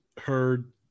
heard